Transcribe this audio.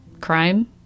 crime